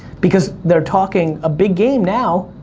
because they're talking a big game now,